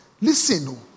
Listen